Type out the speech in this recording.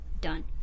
Done